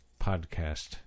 podcast